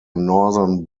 northern